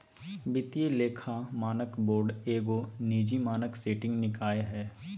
वित्तीय लेखा मानक बोर्ड एगो निजी मानक सेटिंग निकाय हइ